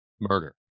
murder